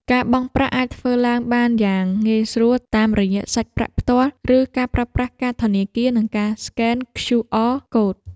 ការបង់ប្រាក់អាចធ្វើឡើងបានយ៉ាងងាយស្រួល តាមរយៈសាច់ប្រាក់ផ្ទាល់ ឬការប្រើប្រាស់កាតធនាគារ និងការស្កេន ឃ្យូអរ កូដ។